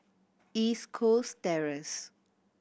East Coast Terrace